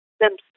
Simpson